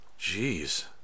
Jeez